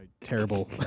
terrible